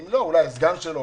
אם לא את הסגן שלו.